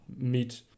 meet